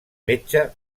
metge